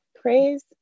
praise